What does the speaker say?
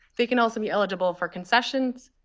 they can also be eligible for concessions,